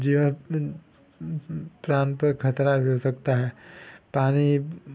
जीवन प्राण पर खतरा भी हो सकता है पानी